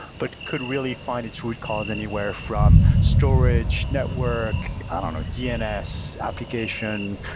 but could really find its root cause anywhere from storage, network i don't know, dns application,